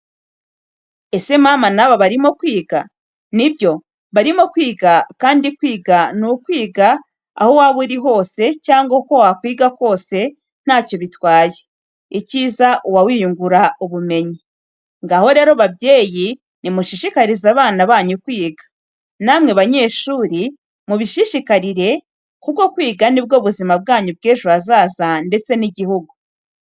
Ese mama n'aba barimo kwiga? Nibyo barimo kwiga kandi kwiga n'ukwiga aho waba uri hose cyangwa aho wa kwigira hose ntacyo bitwaye, icyiza ubawiyungura ubumenyi. Ngaho rero babyeyi nimushishikarize abana banyu kwiga, namwe banyeshuri mubishishikare kuko kwiga nibwo buzima bwanyu bw'ejo hazaza ndetse n'igihugu.